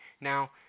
Now